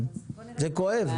זה כואב.